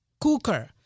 Cooker